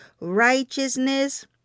righteousness